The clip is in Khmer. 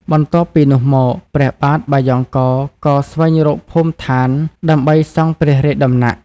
បន្ទាប់ពីនោះមក ព្រះបាទបាយ៉ង់កោរក៏ស្វែងរកភូមិឋានដើម្បីសង់ព្រះរាជដំណាក់។